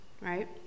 right